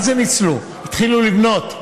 מה זה ניצלו, התחילו לבנות,